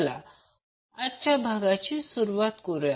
चला आजच्या भागाची सुरुवात करूया